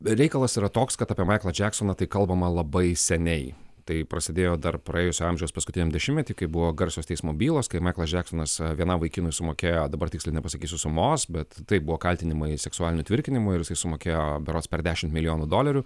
reikalas yra toks kad apie maiklą džeksoną tai kalbama labai seniai tai prasidėjo dar praėjusio amžiaus paskutiniam dešimtmety kai buvo garsios teismo bylos kai maiklas džeksonas vienam vaikinui sumokėjo dabar tiksliai nepasakysiu sumos bet tai buvo kaltinimai seksualiniu tvirkinimu ir jisai sumokėjo berods per dešimt milijonų dolerių